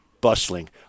bustling